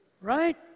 right